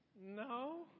no